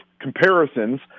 comparisons